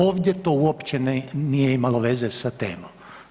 Ovdje to uopće nije imalo veze s temom.